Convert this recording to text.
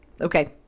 okay